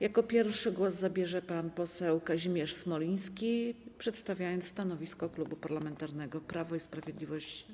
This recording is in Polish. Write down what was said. Jako pierwszy głos zabierze pan poseł Kazimierz Smoliński, przedstawiając stanowisko Klubu Parlamentarnego Prawo i Sprawiedliwość.